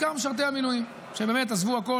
בעיקר משרתי המילואים שבאמת עזבו הכול,